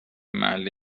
محله